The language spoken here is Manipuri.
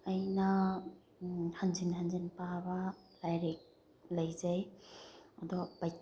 ꯑꯩꯅ ꯍꯟꯖꯤꯟ ꯍꯟꯖꯤꯟ ꯄꯥꯕ ꯂꯥꯏꯔꯤꯛ ꯂꯩꯖꯩ ꯑꯗꯣ